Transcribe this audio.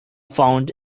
found